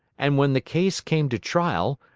and when the case came to trial,